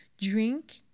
drink